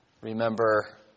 Remember